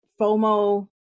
FOMO